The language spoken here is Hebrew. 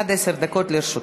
עד עשר דקות לרשותך.